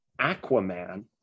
aquaman